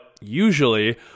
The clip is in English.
usually